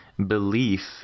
Belief